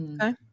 Okay